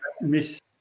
miss